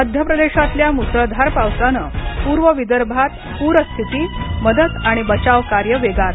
मध्य प्रदेशातल्या मुसळधार पावसानं पूर्व विदर्भात पूरस्थिती मदत आणि बचाव कार्य वेगात